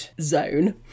zone